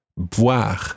Boire